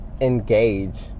...engage